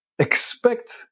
expect